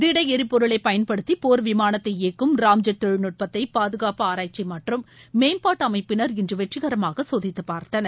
திட எரிபொருளை பயன்படுத்தி போர் விமானத்தை இயக்கும் ராம்ஜெட் தொழில்நுட்பத்தை பாதுகாப்பு ஆராய்ச்சி மற்றும் மேம்பாட்டு அமைப்பினர் இன்று வெற்றிகரமாக சோதித்து பார்த்தனர்